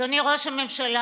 אדוני ראש הממשלה,